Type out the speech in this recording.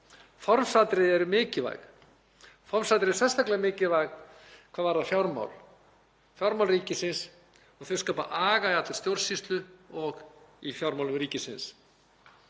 Formsatriði eru mikilvæg. Formsatriði eru sérstaklega mikilvæg hvað varðar fjármál ríkisins og þau skapa aga í allri stjórnsýslu og í fjármálum ríkisins.